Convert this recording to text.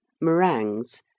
meringues